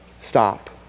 Stop